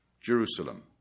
Jerusalem